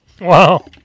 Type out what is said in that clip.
Wow